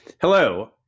Hello